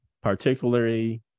particularly